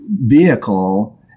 vehicle